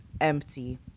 empty